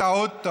טעות.